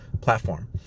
platform